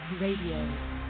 Radio